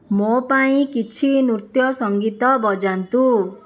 ମୋ ପାଇଁ କିଛି ନୃତ୍ୟ ସଙ୍ଗୀତ ବଜାନ୍ତୁ